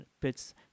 pits